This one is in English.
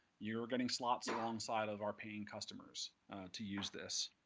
you're getting slots alongside of our paying customers to use this.